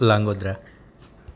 Langodra